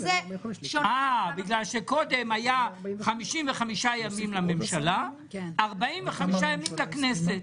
קודם היו 55 ימים לממשלה, 45 ימים לכנסת.